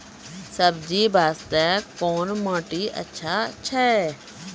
सब्जी बास्ते कोन माटी अचछा छै?